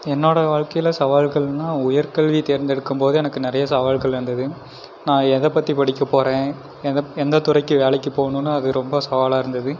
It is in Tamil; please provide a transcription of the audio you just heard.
என்னோட வாழ்க்கையில் சவால்கள்னா உயர்கல்வி தேர்ந்தெடுக்கும்போது எனக்கு நிறைய சவால்கள் வந்துது நான் எதை பற்றி படிக்கப்போகறேன் எதை எந்த துறைக்கு வேலைக்கு போகணுன்னு அது ரொம்ப சவாலாக இருந்தது